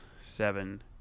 seven